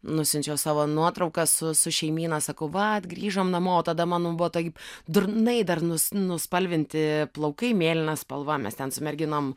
nusiunčiau savo nuotrauką su su šeimyna sakau vat grįžom namo tada man buvo taip durnai dar nus nuspalvinti plaukai mėlyna spalva mes ten su merginom